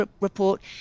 report